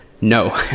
No